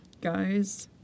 guys